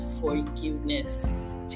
forgiveness